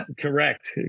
correct